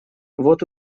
вот